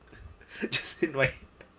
just in my